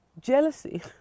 jealousy